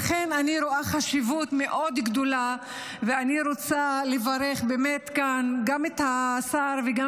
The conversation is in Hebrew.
לכן אני רואה חשיבות מאוד גדולה ואני רוצה לברך כאן באמת גם את השר וגם